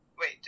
wait